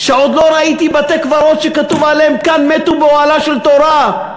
שעוד לא ראיתי בתי-קברות שכתוב עליהם: כאן מתו באוהלה של תורה.